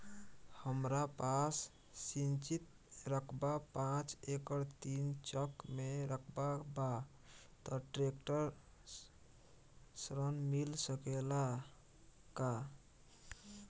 हमरा पास सिंचित रकबा पांच एकड़ तीन चक में रकबा बा त ट्रेक्टर ऋण मिल सकेला का?